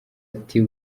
ati